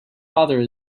father